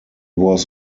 was